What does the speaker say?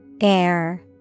Air